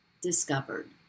discovered